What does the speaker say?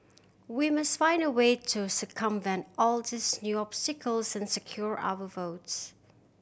we must find a way to circumvent all these new obstacles and secure our votes